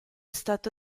stato